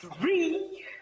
three